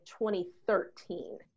2013